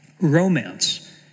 Romance